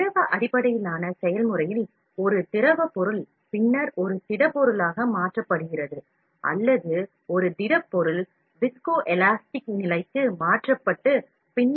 திரவ அடிப்படையிலான செயல்முறைகளில் நீங்கள் ஒரு திரவத்தைப் பயன்படுத்தலாம் அது ஒரு திடமாக மாற்றப்படுகிறது அல்லது ஒரு திடப்பொருளை பாகுநிலை மீள்தன்மை நிலைக்கு மாற்றி அதன் பிறகு ஒரு திடமாக மாற்றலாம்